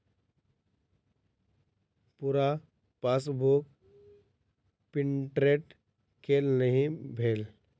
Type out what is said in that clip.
पूरा passbook print केल नहि भेल